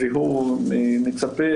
הוא מצפה